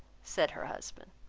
said her husband.